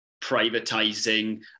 privatizing